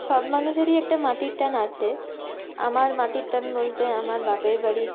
সব মানুষেরই একটা মাটির টান আছে আমার মাটির টান বলতে আমার বাপের বাড়ি